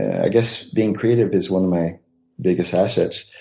i guess being creative is one of my biggest assets.